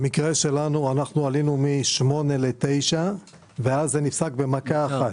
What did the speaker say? במקרה שלנו עלינו מ-8 ל-9 וזה נפסק במכה אחת.